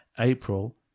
April